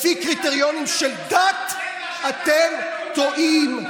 לפי קריטריונים של דת, אתם טועים.